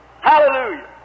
Hallelujah